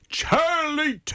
Charlie